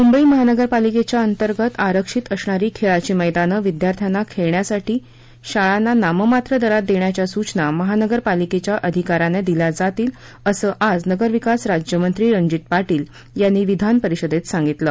मुंबई महानगरपालिकेच्या अंतर्गत आरक्षित असणारी खेळाची मद्दीनं विद्यार्थ्याना खेळण्यासाठी शाळांना नाममात्र दरात देण्याच्या सूचना महानगरपालिकेच्या अधिकाऱ्यांना दिल्या जातीलए असं आज नगरविकास राज्य मंत्री रणजित पाटील यांनी विधानपरिषदेत सांगितलं